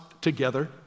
together